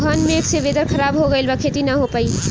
घन मेघ से वेदर ख़राब हो गइल बा खेती न हो पाई